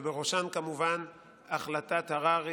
ובראשן כמובן החלטת הררי